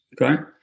Okay